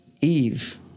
Eve